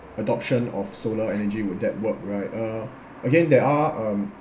adoption of solar energy would that work right uh again there are um